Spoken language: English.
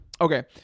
okay